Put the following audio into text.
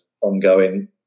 ongoing